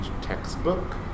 textbook